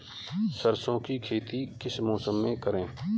सरसों की खेती किस मौसम में करें?